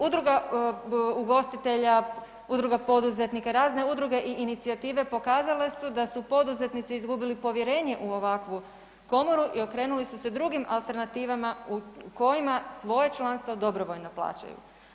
Udruga ugostitelja, udruga poduzetnika, razne udruge i inicijative pokazale su da su poduzetnici izgubili povjerenje u ovakvu komoru i okrenuli su se drugim alternativama u kojima svoje članstvo dobrovoljno plaćaju.